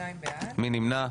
מי נמנע?